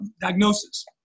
diagnosis